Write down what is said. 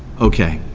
okay,